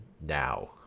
now